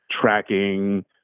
tracking